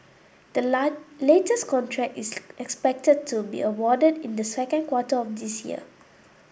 the latest contract is expected to be awarded in the second quarter of this year